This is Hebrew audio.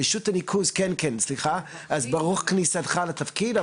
לגבי רשות הניקוז, אז ברוך כניסתך לתפקיד.